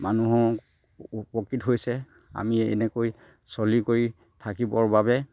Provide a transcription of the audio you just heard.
মানুহ উপকৃত হৈছে আমি এনেকৈ চলি কৰি থাকিবৰ বাবে